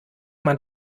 man